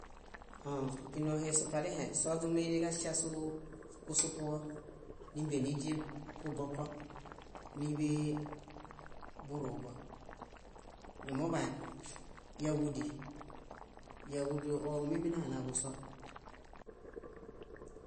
. Ínoohe isoźumuiniġaŝiasu kusupuġo nímbenidiel kuboko níḃe burũbo. Numuḃaan yáġudi, yáġudi ómiminanaġuso,